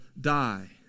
die